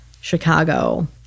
Chicago